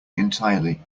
entirely